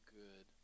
good